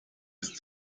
ist